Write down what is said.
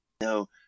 no